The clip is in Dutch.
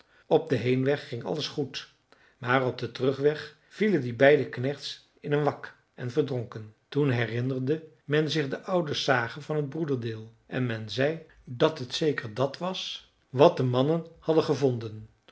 op den heenweg ging alles goed maar op den terugweg vielen die beide knechts in een wak en verdronken toen herinnerde men zich de oude sage van het broederdeel en men zei dat het zeker dat was wat de mannen hadden gevonden